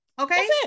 Okay